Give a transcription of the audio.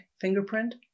fingerprint